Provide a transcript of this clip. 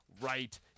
right